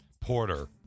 Porter